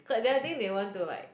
cause I think they want to like